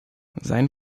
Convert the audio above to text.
sein